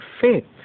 faith